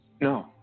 No